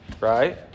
right